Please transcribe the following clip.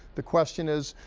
the question is,